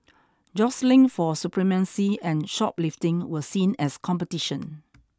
jostling for supremacy and shoplifting were seen as competition